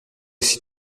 aussi